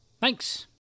Thanks